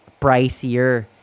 pricier